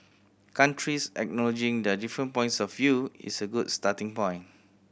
countries acknowledging their different points of view is a good starting point